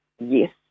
yes